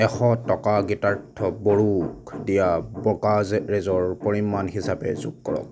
এশ টকা গীতাৰ্থ বড়োক দিয়া ব্ৰ'কাজেৰেজৰ পৰিমাণ হিচাপে যোগ কৰক